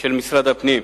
של משרד הפנים,